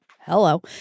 hello